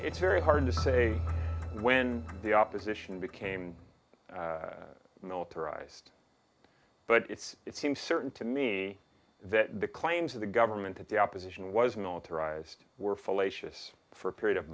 it's very hard to say when the opposition became militarized but it's it seems certain to me that the claims of the government that the opposition was militarized were fallacious for a period of